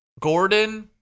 Gordon